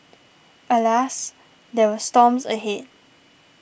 alas there were storms ahead